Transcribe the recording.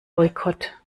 boykott